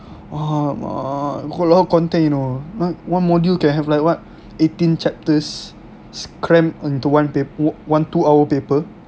uh got a lot of content you know like one module can have like what eighteen chapters crammed into one P~ one two hour paper